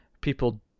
people –